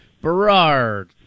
Berard